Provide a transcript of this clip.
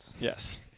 Yes